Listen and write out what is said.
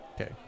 Okay